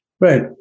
right